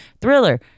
Thriller